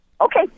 Okay